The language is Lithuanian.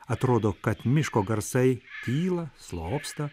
atrodo kad miško garsai tyla slopsta